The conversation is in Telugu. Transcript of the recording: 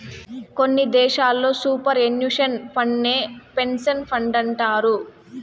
కొన్ని దేశాల్లో సూపర్ ఎన్యుషన్ ఫండేనే పెన్సన్ ఫండంటారు